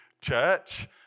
church